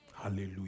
Hallelujah